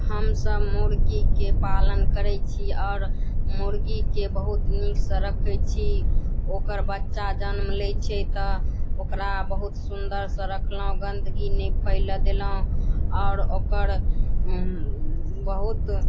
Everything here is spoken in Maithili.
हमसब मुर्गीके पालन करै छी आओर मुर्गीके बहुत नीकसँ रखै छी ओकर बच्चा जन्म लै छै तऽ ओकरा बहुत सुन्दरसँ रखलहुॅं गन्दगी नहि फैलऽ देलहुॅं आओर ओकर बहुत